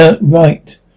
Right